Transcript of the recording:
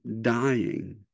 dying